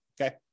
okay